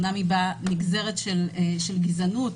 שאמנם בנגזרת של גזענות,